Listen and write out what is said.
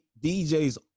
DJs